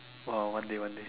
!wow! one day one day